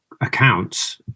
accounts